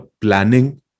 planning